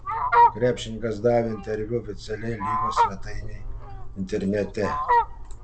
krepšininkas davė interviu oficialiai lygos svetainei internete